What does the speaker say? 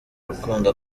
urukundo